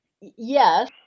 Yes